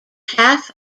half